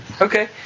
Okay